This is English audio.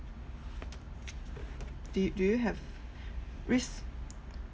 do do you have risk